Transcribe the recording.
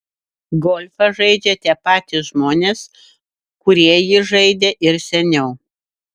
golfą žaidžia tie patys žmonės kurie jį žaidė ir seniau